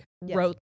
wrote